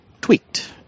tweaked